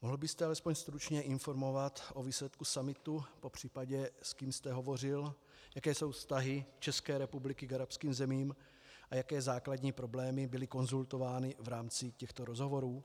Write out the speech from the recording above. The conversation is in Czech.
Mohl byste alespoň stručně informovat o výsledku summitu, popřípadě s kým jste hovořil, jaké jsou vztahy České republiky k arabským zemím a jaké základní problémy byly konzultovány v rámci těchto rozhovorů?